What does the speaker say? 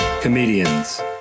comedians